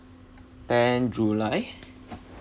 tenth july